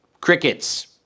Crickets